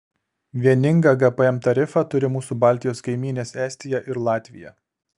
vieningą gpm tarifą turi mūsų baltijos kaimynės estija ir latvija